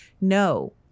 no